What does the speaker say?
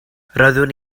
roeddwn